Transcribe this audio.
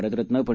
भारतरत्नपं